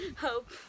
Hope